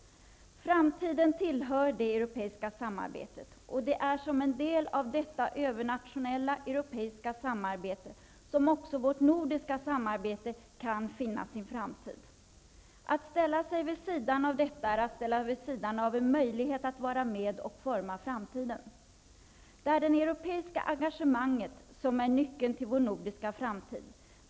Framtiden tillhör det europeiska samarbetet. Det är som en del av detta övernationella europeiska samarbete som vårt nordiska samarbete kan finna sin framtid. Att ställa sig vid sidan av detta samarbete är att ställa sig vid sidan av en möjlighet att vara med och forma framtiden. Det är det europeiska engagemanget som är nyckeln till vår nordiska framtid.